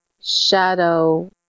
shadow